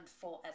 forever